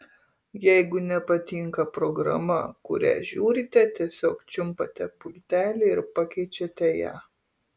jeigu nepatinka programa kurią žiūrite tiesiog čiumpate pultelį ir pakeičiate ją